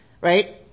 Right